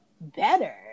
better